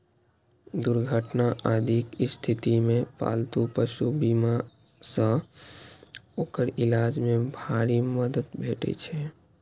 दुर्घटना आदिक स्थिति मे पालतू पशु बीमा सं ओकर इलाज मे भारी मदति भेटै छै